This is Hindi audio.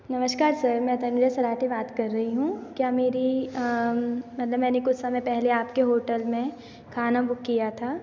नमस्कार सर मैं तनूजा राठी बात कर रही हूँ क्या मेरी मतलब मैंने कुछ समय पहले आपके होटल में खाना बुक किया था